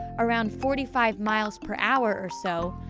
around forty five miles per hour or so,